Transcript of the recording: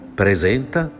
presenta